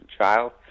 child